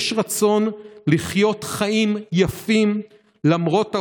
יש רצון לחיות חיים יפים, למרות העוני,